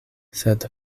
sed